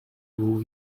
vous